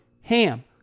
HAM